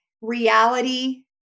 reality